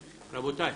רבותיי,